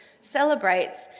celebrates